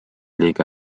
liiga